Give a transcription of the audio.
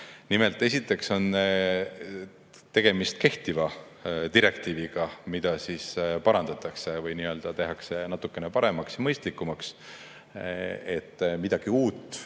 Nimelt on esiteks tegemist kehtiva direktiiviga, mida parandatakse või tehakse natukene paremaks ja mõistlikumaks. Midagi uut